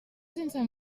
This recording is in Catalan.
sense